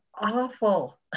awful